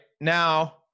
now